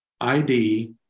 id